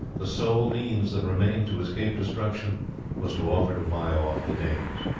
the sole means that remained to escape destruction was to offer to buy off the danes.